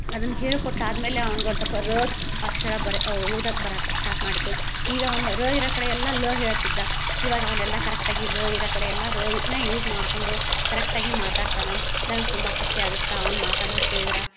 ಅದನ್ನ ಹೇಳ್ಕೊಟ್ಟಾದ್ಮೇಲೆ ಅವ್ನ್ಗೆ ಒಂದು ಸ್ವಲ್ಪ ರ ಅಕ್ಷರ ಬರೆ ಓದಕೆ ಬರಾಕೆ ಸ್ಟಾಟ್ ಮಾಡಿತು ಈಗ ಅವನು ರ ಇರೋ ಕಡೆ ಎಲ್ಲಾ ಲ ಹೇಳ್ತಿದ್ದ ಇವಾಗ್ ಅವ್ನೆಲ್ಲಾ ಕರೆಕ್ಟಾಗಿ ರ ಇರೋ ಕಡೆ ಎಲ್ಲಾ ರ ನೇ ಯೂಸ್ ಮಾಡ್ಕೊಂಡು ಕರೆಕ್ಟಾಗಿ ಮಾತಾಡ್ತಾನೆ ನನಗೆ ತುಂಬ ಖುಷಿ ಆಗುತ್ತೆ ಅವ್ನು ಮಾತಾಡೋದು ಕೇಳಿದ್ರೆ